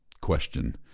question